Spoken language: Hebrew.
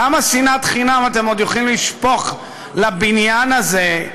כמה שנאת חינם אתם עוד יכולים לשפוך לבניין הזה,